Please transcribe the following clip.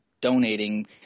donating